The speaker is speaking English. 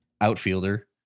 outfielder